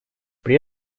при